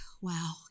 wow